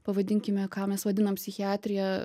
pavadinkime ką mes vadinam psichiatrija